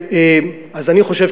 אז אני חושב,